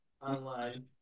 online